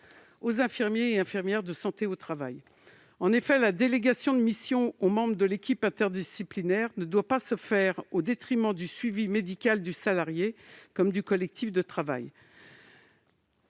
aux infirmiers et infirmières de santé au travail. La délégation de missions aux membres de l'équipe interdisciplinaire ne doit pas se faire au détriment du suivi du salarié comme du collectif de travail.